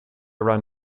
run